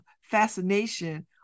fascination